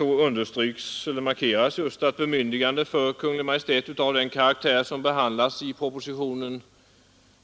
Vi understryker där att bemyndiganden för Kungl. Maj:t av den karaktär som behandlas i propositionen